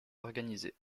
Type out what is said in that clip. organisée